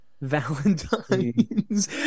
Valentine's